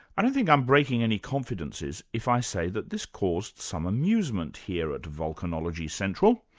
i don't think i'm breaking any confidences if i say that this caused some amusement here at vulcanology central.